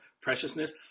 preciousness